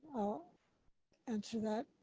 i'll answer that.